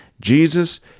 Jesus